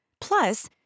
Plus